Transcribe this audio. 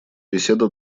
беседа